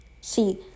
See